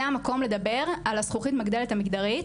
המקום לדבר על זכוכית המגדלת המגדרית,